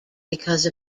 because